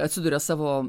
atsiduria savo